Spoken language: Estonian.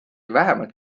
vähemalt